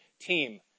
team